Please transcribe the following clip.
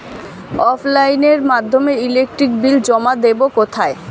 অফলাইনে এর মাধ্যমে ইলেকট্রিক বিল জমা দেবো কোথায়?